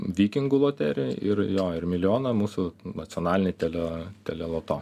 vikingų loterijoj ir jo ir milijoną mūsų nacionalinėj tele teleloto